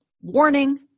warning